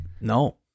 No